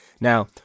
now